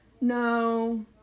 no